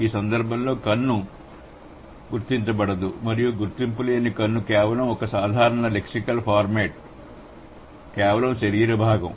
ఈ సందర్భంలో కన్ను గుర్తించబడదు మరియు గుర్తింపు లేని కన్ను కేవలం ఒక సాధారణ లెక్సికల్ ఫార్మాట్ కేవలం శరీర భాగం